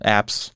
apps